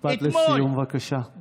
משפט לסיום, בבקשה.